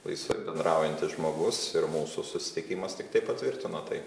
laisvai bendraujantis žmogus ir mūsų susitikimas tiktai patvirtino tai